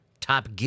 Top